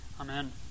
amen